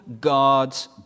God's